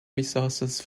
resources